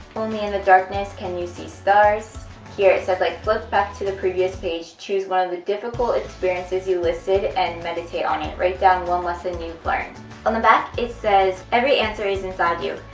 only in the darkness can you see stars here it says like flip back to the previous page, choose one of the difficult experiences you listed and meditate on it. write down one lesson you've learned on the back it says every answer is inside you.